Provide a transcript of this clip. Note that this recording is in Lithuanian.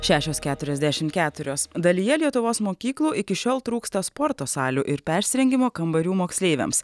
šešios keturiasdešimt keturios dalyje lietuvos mokyklų iki šiol trūksta sporto salių ir persirengimo kambarių moksleiviams